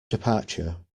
departure